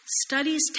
Studies